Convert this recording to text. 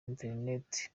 interineti